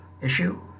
issue